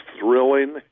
thrilling